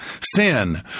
sin